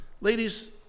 Ladies